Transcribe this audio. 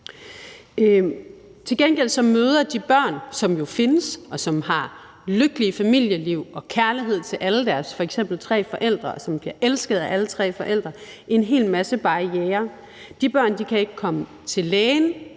Til gengæld møder de børn, som jo findes, og som har lykkelige familieliv og kærlighed til alle deres f.eks. tre forældre og bliver elsket af alle tre forældre, en hel masse barrierer. De børn kan ikke komme til lægen